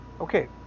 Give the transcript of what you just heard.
Okay